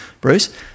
Bruce